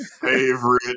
favorite